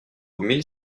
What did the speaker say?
mille